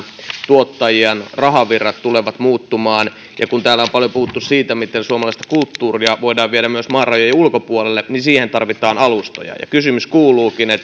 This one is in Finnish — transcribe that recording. tuottajien rahavirrat tulevat muuttumaan ja kun täällä on paljon puhuttu siitä miten suomalaista kulttuuria voidaan viedä myös maan rajojen ulkopuolelle niin siihen tarvitaan alustoja kysymys kuuluukin